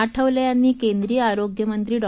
आठवले यांनी केंद्रीय आरोग्यमंत्री डॉ